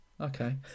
okay